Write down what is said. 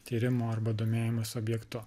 tyrimų arba domėjimosi objektu